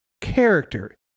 character